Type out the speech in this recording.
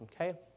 Okay